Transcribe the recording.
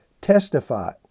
testify